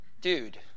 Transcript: dude